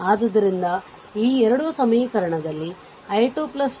ಆದ್ದರಿಂದ ಈ 2 ಸಮೀಕರಣದಲ್ಲಿ i 2 5 2